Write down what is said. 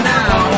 now